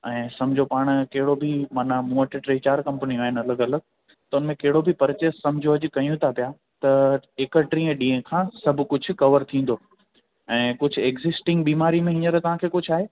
ऐं सम्झो पाण केॾो माना मुंहं वटि टे चारि कंपनियूं आहिनि अलॻि अलॻि त उन में कहिड़ो बि परचेस सम्झो अॼु कयूं था पिया त एकटीह ॾींहं खां सभु कुझु कवर थींदो ऐं कुझु एक्जिस्टिंग बीमारी में हींअर तव्हांखे कुझु आहे